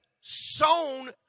sown